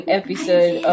episode